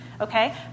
okay